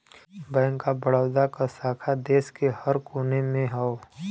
bank of Baroda क शाखा देश के हर कोने में हौ